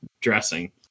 dressing